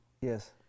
Yes